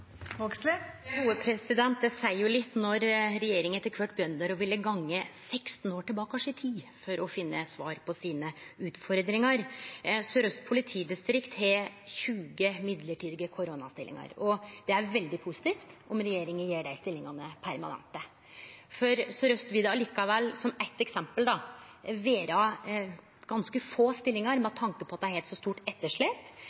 Det seier jo litt når regjeringa etter kvart begynner å ville gå 16 år bakover i tid for å finne svar på utfordringane sine. Sør-Aust politidistrikt har 20 midlertidige koronastillingar. Det er veldig positivt om regjeringa gjer dei stillingane permanente, men Sør-Aust – som eitt eksempel – vil då likevel ha ganske få stillingar med